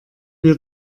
wir